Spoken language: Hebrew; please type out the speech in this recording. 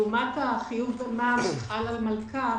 לעומת החיוב במס על המלכ"ר,